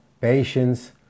patience